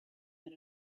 that